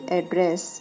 address